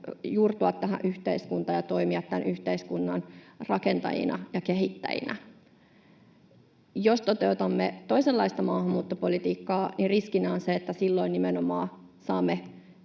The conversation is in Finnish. juurtua tähän yhteiskuntaan ja toimia tämän yhteiskunnan rakentajina ja kehittäjinä. Jos toteutamme toisenlaista maahanmuuttopolitiikkaa, niin riskinä on se, että silloin nimenomaan saamme